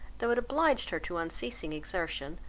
though it obliged her to unceasing exertion,